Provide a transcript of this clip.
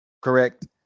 correct